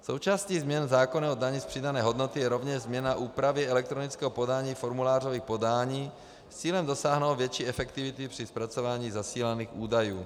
Součástí změn zákona o dani z přidané hodnoty je rovněž změna úpravy elektronického podání formulářových podání s cílem dosáhnout větší efektivity při zpracování zasílaných údajů.